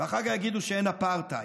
ואחר כך יגידו שאין אפרטהייד.